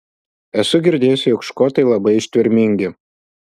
esu girdėjusi jog škotai labai ištvermingi